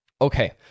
Okay